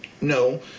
no